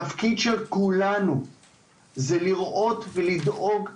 תפקיד של כולנו זה לראות ולדאוג למורים,